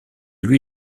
lui